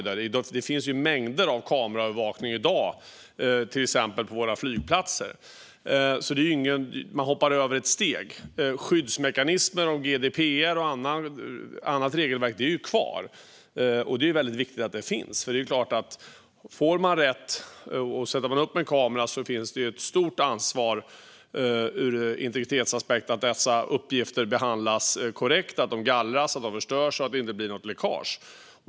Det förekommer mängder av kameraövervakning i dag, till exempel på våra flygplatser. Nu hoppar man över ett steg. Skyddsmekanismer om GDPR och annat regelverk finns kvar. Det är väldigt viktigt, för om man får rätt att sätta upp en kamera är det klart att det är ett stort ansvar ur en integritetsaspekt att dessa uppgifter behandlas korrekt, att de gallras och förstörs och att det inte blir något läckage.